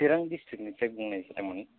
सिरां दिस्ट्रिकनिफ्राय बुंनाय जादोंमोन